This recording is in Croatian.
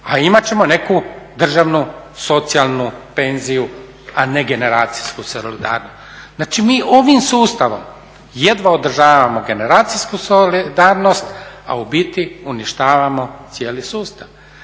a imat ćemo neku državnu socijalnu penziju, a ne generacijsku …. Znači, mi ovim sustavom jedva odražavamo generacijsku solidarnost, a u biti uništavamo cijeli sustav.